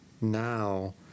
now